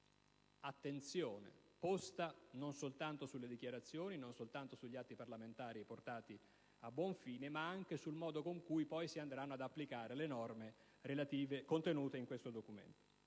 attenzione non soltanto sulle dichiarazioni e sugli atti parlamentari portati a buon fine, ma anche sul modo in cui poi si andranno ad applicare le norme contenute in questo documento.